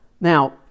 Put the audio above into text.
Now